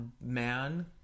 man